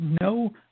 no